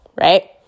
right